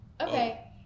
okay